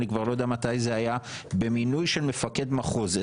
כבר לא יודע מתי זה היה במינוי של מפקד מחוז,